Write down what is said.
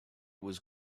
was